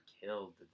killed